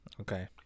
Okay